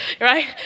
right